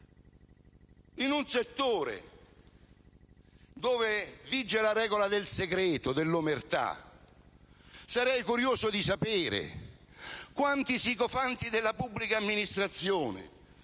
In un settore dove vige la regola del segreto, dell'omertà, sarei curioso di sapere quanti sicofanti della pubblica amministrazione,